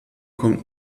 kommt